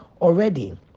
already